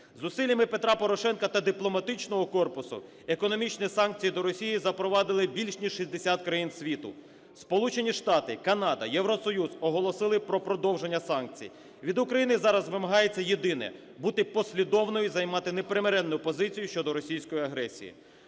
Зусиллями Петра Порошенка та дипломатичного корпусу економічні санкції до Росії запровадили більш ніж 60 країн світу. Сполучені Штати, Канада, Євросоюз оголосили про продовження санкцій. Від України зараз вимагається єдине – бути послідовною, займати непримиренну позицію щодо російської агресії.